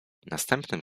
następnym